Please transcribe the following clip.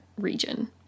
region